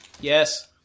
Yes